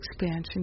expansion